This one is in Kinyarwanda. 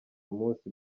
munsi